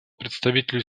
представителю